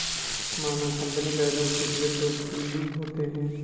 मानक company balance sheet के दो फ्लू होते हैं